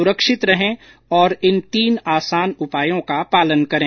सुरक्षित रहें और इन तीन आसान उपायों का पालन करें